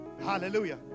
Hallelujah